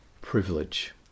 privilege